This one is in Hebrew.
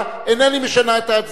אינני משנה את ההצבעה.